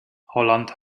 holland